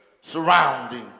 surrounding